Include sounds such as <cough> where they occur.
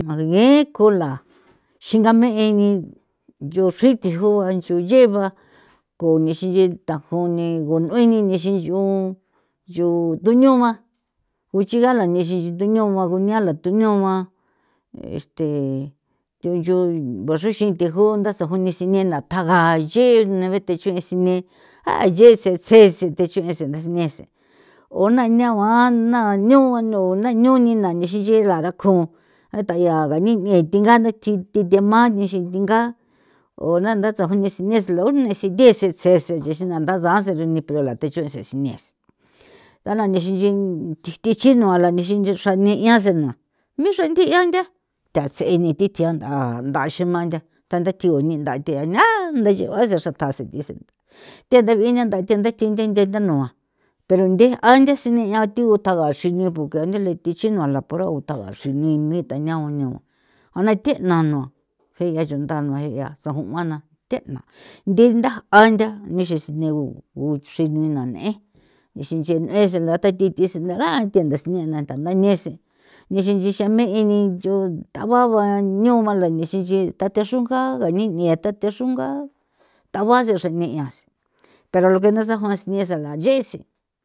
Ge kula <noise> xinga me'e ni ncho chrui tekjua ncho nche ba ko nixi nchi ndajon ni gu nui'i ni nixi nch'on nyo thuño ba uchigala nixi thuño ba gunia la tuño ba este thuncho baxrexin the jon dasajune sinena tjaga ye nebe the chue'e sine a yee se tse sethechu'e sene nese o na niaoa na niua niu na ñu na nixi nixi ye lara kjo ata yaa gani'ne thinga nda tji thi thema nixi thinga o nanda tsajunde sine <unintelligible> tsese yese la nda gase rene pero la thechu'e se'e si nes nthala nixi nchi thi chinua la nixi xra neia se nua me xra nthe 'ia ntha ntha tse ni thi thia nt'a ndaximantha tanda thjigu ni ntha the'a nantha yeu'a a se xra thase thi tse the nthebi'i ni nda thi nda tji <unintelligible> nua pero nthe a nthe sine'ia thi utjaga'a xrine porque nthele thi xi nua la pero utjaga'a xi ni tañagua negua jana the'na nua je'ia chundana nua je'ia sajuana the'na nthi ntha antha nexese negu gu crhijnina n'en nixi nche nexe lata thi thi tsi ntha ga thia nda sine na tha ntha nthaniese nixi nchi tame'e ni ncho thaguaba niua la nixin nchi thate xrunga ni nie thate xrungaa thaba'a xi xra neias pero lo que nasajua nise la yese.